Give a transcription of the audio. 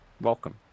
Welcome